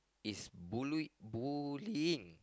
the boy is bully bullying